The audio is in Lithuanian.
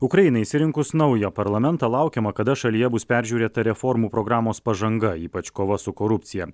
ukrainai išsirinkus naują parlamentą laukiama kada šalyje bus peržiūrėta reformų programos pažanga ypač kova su korupcija